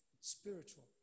spiritual